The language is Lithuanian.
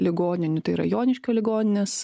ligoninių tai yra joniškio ligoninės